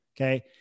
okay